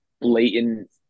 blatant